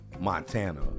Montana